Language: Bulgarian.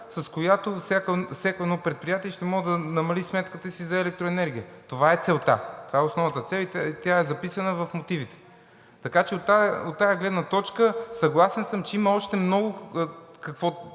с която всяко едно предприятие ще може да намали сметката си за електроенергия. Това е основната цел – тя е записана в мотивите. Така че от тази гледна точка съм съгласен, че има още много какво